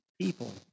people